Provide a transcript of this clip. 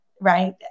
right